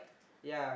yeah